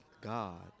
God